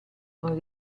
con